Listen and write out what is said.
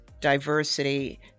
diversity